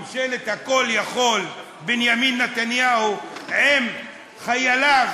ממשלת הכול-יכול בנימין נתניהו עם חייליו